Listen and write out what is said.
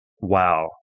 wow